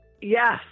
Yes